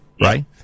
Right